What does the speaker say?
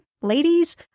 ladies